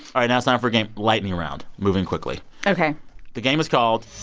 all right. now it's time for a game, lightning round, moving quickly ok the game is called.